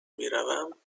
میروم